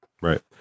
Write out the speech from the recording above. Right